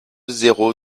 zéro